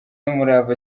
n’umurava